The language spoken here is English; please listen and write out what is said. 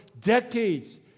decades